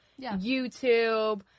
YouTube